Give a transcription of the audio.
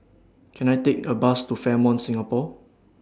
Can I Take A Bus to Fairmont Singapore